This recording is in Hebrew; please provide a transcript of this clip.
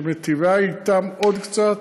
שמיטיבה אתם עוד קצת,